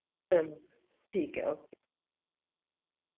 चलो ठीक ऐ ओके